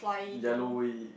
yellow way